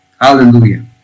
Hallelujah